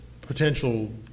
potential